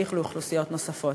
להמשיך לקבוצות אוכלוסייה נוספות.